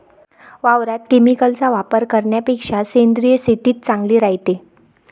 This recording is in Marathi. वावरात केमिकलचा वापर करन्यापेक्षा सेंद्रिय शेतीच चांगली रायते